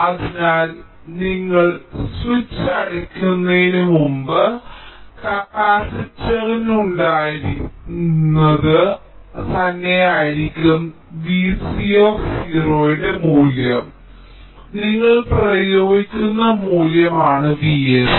അതിനാൽ നിങ്ങൾ സ്വിച്ച് അടയ്ക്കുന്നതിന് മുമ്പ് കപ്പാസിറ്ററിൽ ഉണ്ടായിരുന്നത് തന്നെയായിരിക്കും Vc യുടെ മൂല്യം നിങ്ങൾ പ്രയോഗിക്കുന്ന മൂല്യമാണ് Vs